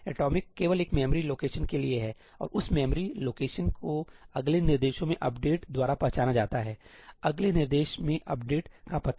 atomic केवल एक memory location के लिए है और उस मेमोरी लोकेशन को अगले निर्देश में अपडेट द्वारा पहचाना जाता है अगले निर्देश में अपडेट का पता